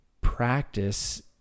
practice